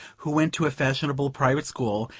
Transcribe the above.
who went to a fashionable private school,